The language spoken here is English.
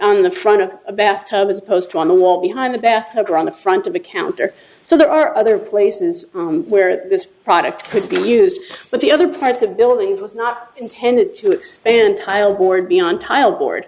on the front of a bath tub as opposed to on the wall behind a bear hug or on the front of the counter so there are other places where this product could be used but the other parts of buildings was not intended to expand tile board beyond tile board